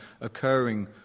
occurring